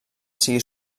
sigui